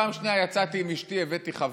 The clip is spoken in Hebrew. בפעם השנייה שיצאתי עם אשתי הבאתי חבר.